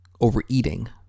overeating